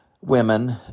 women